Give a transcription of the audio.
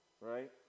Right